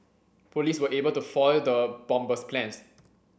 police were able to foil the bomber's plans